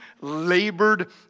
labored